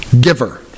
giver